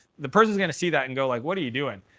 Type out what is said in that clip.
the person is going to see that and go, like, what are you doing?